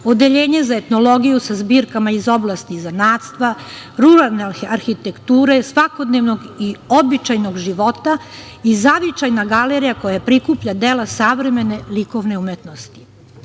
Odeljenje za etnologiju sa zbirkama iz oblasti zanatstva, ruralne arhitekture, svakodnevnog i običajnog života i zavičajna galerija koja prikuplja dela savremene likovne umetnosti. Poslednjih